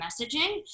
messaging